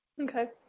Okay